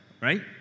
right